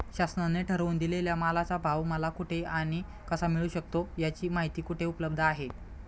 शासनाने ठरवून दिलेल्या मालाचा भाव मला कुठे आणि कसा मिळू शकतो? याची माहिती कुठे उपलब्ध आहे?